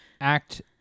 act